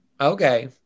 Okay